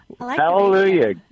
Hallelujah